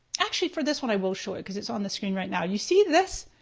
actually for this one i will show it cause it's on the screen right now. you see this